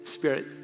Spirit